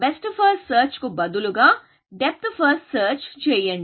best first search కు బదులుగా depth first search చేయండి